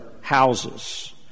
houses